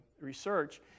research